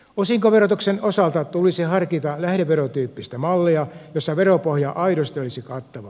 osinkoverotuksen osalta tulisi harkita lähdeverotyyppistä mallia jossa veropohja aidosti olisi kattava